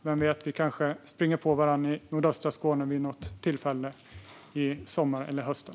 Vem vet, vi kanske springer på varandra i nordöstra Skåne vid något tillfälle i sommar eller under hösten.